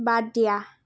বাদ দিয়া